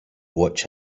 watch